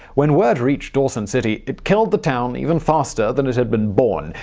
when word reached dawson city, it killed the town even faster than it had been born.